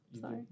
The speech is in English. Sorry